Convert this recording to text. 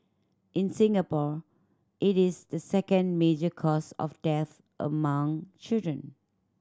in Singapore it is the second major cause of death among children